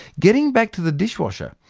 getting back to the dishwasher,